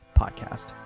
podcast